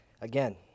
again